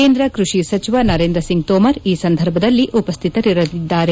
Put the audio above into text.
ಕೇಂದ್ರ ಕೃಷಿ ಸಚಿವ ನರೇಂದ್ರ ಸಿಂಗ್ ತೋಮರ್ ಈ ಸಂದರ್ಭದಲ್ಲಿ ಉಪಸ್ಥಿತರಿರುತ್ತಾರೆ